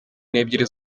n’ebyiri